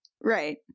Right